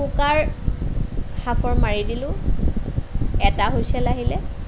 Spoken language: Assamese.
কুকাৰ হাফৰ মাৰি দিলোঁ এটা হুইচেল আহিলে